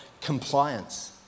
compliance